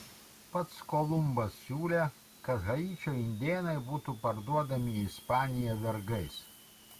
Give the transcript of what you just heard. pats kolumbas siūlė kad haičio indėnai būtų parduodami į ispaniją vergais